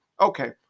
Okay